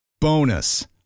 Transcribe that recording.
Bonus